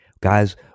Guys